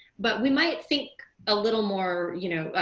but we might think a little more, you know,